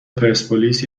پرسپولیس